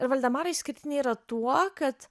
ir valdemara išskirtinė yra tuo kad